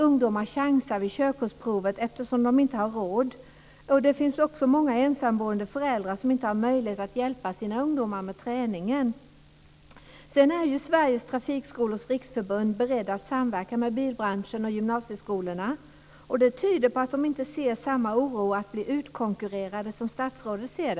Ungdomar chansar vid körkortsprovet eftersom de inte har råd. Det finns också många ensamma föräldrar som inte har möjlighet att hjälpa sina ungdomar med träningen. Sveriges trafikskolors riksförbund är nu beredda att samverka med bilbranschen och gymnasieskolorna. Det tyder på att de inte hyser den oro att bli utkonkurrerade som statsrådet talade om.